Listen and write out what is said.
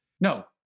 No